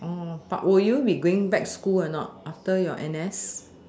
but will you be going back school or not after your N_S